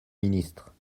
ministre